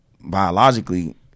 biologically